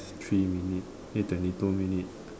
it's three minute eh twenty two minutes